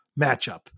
matchup